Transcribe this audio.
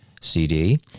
CD